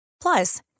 Plus